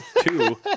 two